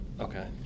Okay